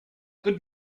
good